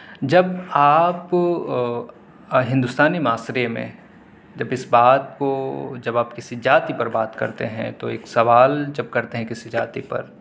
جب آپ ہندوستانی معاشرے میں جب اس بات کو جب آپ کسی جاتی پر بات کرتے ہیں تو ایک سوال جب کرتے ہیں کسی جاتی پر